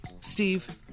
Steve